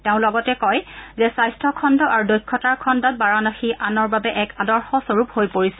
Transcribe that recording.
তেওঁ লগতে কয় যে স্বাস্থ্য খণ্ড আৰু দক্ষতাৰ খণ্ডত বাৰাণসী আনৰ বাবে এক আদৰ্শ স্বৰূপ হৈ পৰিছে